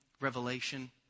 revelation